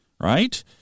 Right